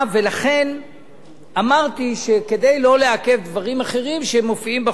ולכן אמרתי שכדי לא לעכב דברים אחרים שמופיעים בחוק,